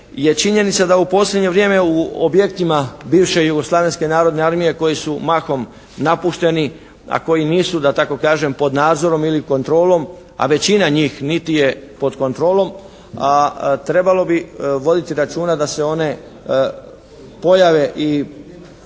činjenica da u posljednje vrijeme u objektima bivše Jugoslavenske narodne armije koji su mahom napušteni, a koji nisu da tako kažem pod nadzorom ili kontrolom, a većina njih niti je pod kontrolom, a trebalo bi voditi računa da se one pojave i